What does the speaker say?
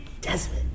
Desmond